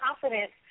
confidence